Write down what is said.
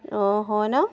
অঁ হয় ন